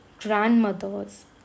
grandmothers